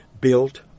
built